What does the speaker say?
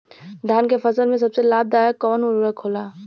धान के फसल में सबसे लाभ दायक कवन उर्वरक होला?